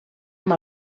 amb